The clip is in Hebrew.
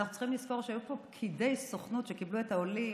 אנחנו צריכים לזכור שהיו פה פקידי סוכנות שקיבלו את העולים